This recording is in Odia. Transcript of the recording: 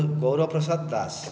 ଗୌର ପ୍ରସାଦ ଦାସ